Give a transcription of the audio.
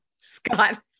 Scott